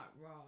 Raw